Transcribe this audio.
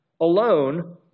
alone